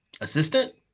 assistant